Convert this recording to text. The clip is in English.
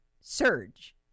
surge